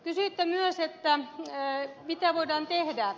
kysyitte myös mitä voidaan tehdä